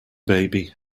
baby